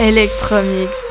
Electromix